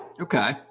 Okay